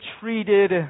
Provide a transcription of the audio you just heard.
treated